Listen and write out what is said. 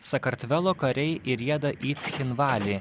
sakartvelo kariai įrieda į cchinvalį